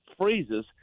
freezes